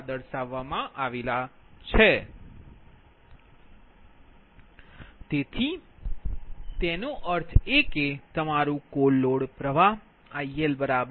slide ટાઇમનો સંદર્ભ લો 1557 તેનો અર્થ કે તમારું કુલ લોડ પ્રવાહ ILI3I47